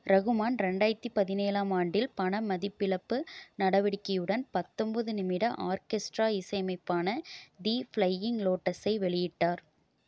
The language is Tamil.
ரகுமான் ரெண்டாயிரத்தி பதினேழாம் ஆண்டில் பணமதிப்பிழப்பு நடவடிக்கையுடன் பத்தொம்போது நிமிட ஆர்கெஸ்ட்ரா இசையமைப்பான தி ஃப்ளையிங் லோட்டஸை வெளியிட்டார்